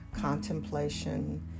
contemplation